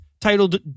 titled